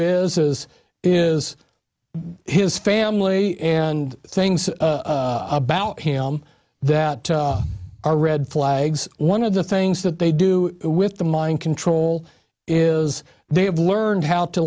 is as is his family and things about him that are red flags one of the things that they do with the mind control is they have learned how to